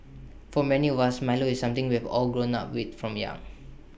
for many of us milo is something we've all grown up with from young